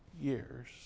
years